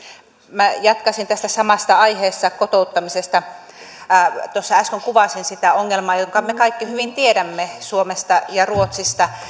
minä jatkaisin tästä samasta aiheesta kotouttamisesta äsken kuvasin sitä ongelmaa jonka me kaikki hyvin tiedämme suomesta ja ruotsista